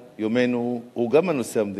סדר-יומנו הוא גם הנושא המדיני,